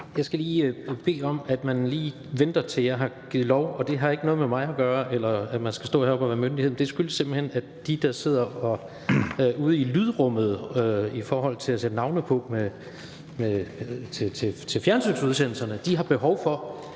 Jeg skal bede om, at man lige venter, til jeg har givet lov. Det har ikke noget med mig at gøre, eller at man skal stå heroppe og være myndighed. Det skyldes simpelt hen, at dem, der sidder ude i lydrummet, i forhold til at sætte navne på til fjernsynsudsendelserne har behov for,